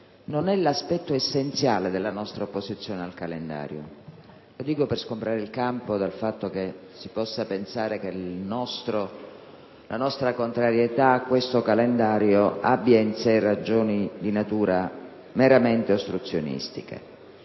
non è l'aspetto essenziale della nostra opposizione al calendario: lo dico per sgombrare il campo dal fatto che si possa pensare che la nostra contrarietà a questo calendario abbia in sé ragioni di natura meramente ostruzionistica.